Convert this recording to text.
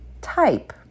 type